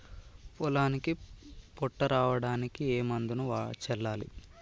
పొలానికి పొట్ట రావడానికి ఏ మందును చల్లాలి?